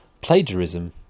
plagiarism